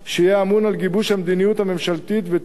שיהיה ממונה על גיבוש המדיניות הממשלתית ועל התיאום